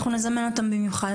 אותם במיוחד.